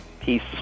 Peace